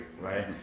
right